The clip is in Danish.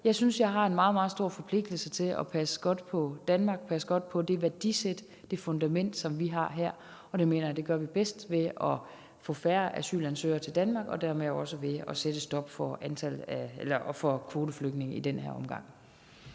Jeg synes, at jeg har en meget, meget stor forpligtelse til at passe godt på Danmark, passe godt på det værdisæt, det fundament, som vi har her, og det mener jeg at vi bedst gør ved at få færre asylansøgere til Danmark og dermed også ved at sige stop for kvoteflygtninge i den her omgang.